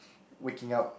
waking up